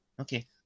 Okay